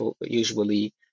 usually